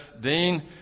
Dean